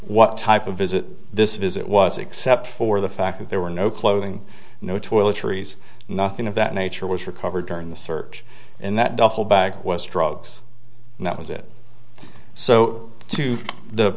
what type of visit this visit was except for the fact that there were no clothing no toiletries nothing of that nature was recovered during the search and that duffel bag was drugs and that was it so to the